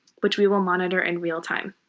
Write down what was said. which we will monitor in real time.